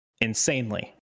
insanely